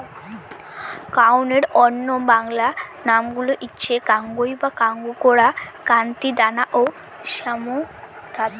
কাউনের অন্য বাংলা নামগুলো হচ্ছে কাঙ্গুই বা কাঙ্গু, কোরা, কান্তি, দানা ও শ্যামধাত